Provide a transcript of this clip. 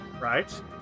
right